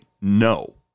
no